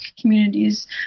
communities